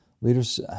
Leaders